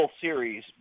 series